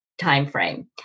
timeframe